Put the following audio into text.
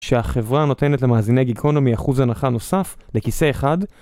שהחברה נותנת למאזיני גיקונומי אחוז הנחה נוסף לכיסא אחד